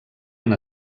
han